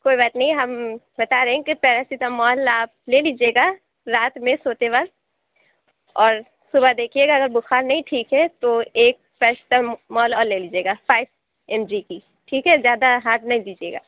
کوئی بات نہیں ہم بتا رہے ہیں کہ پیراسیٹامول آپ لے لیجیے گا رات میں سوتے وقت اور صُبح دیکھیے گا اگر بُخار نہیں ٹھیک ہے تو ایک پیراسیٹامول اور لے لیجیے گا فائیو ایم جی کی ٹھیک ہے زیادہ ہارڈ نہ لیجیے گا